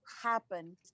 happen